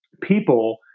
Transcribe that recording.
people